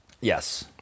Yes